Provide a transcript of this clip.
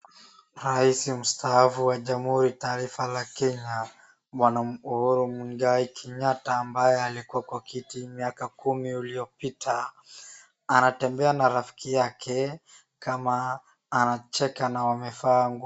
Rais mustaafu wa jamhuri taifa la Kenya bwana Uhuru Muigai Kenyatta ambaye alikua kwa kiti miaka kumi iliyopita anatembea na rafiki yake kama anacheka na wamevaa nguo.